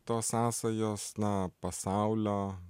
tos sąsajos na pasaulio